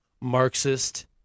Marxist